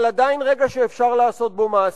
אבל עדיין רגע שאפשר לעשות בו מעשה: